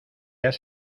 has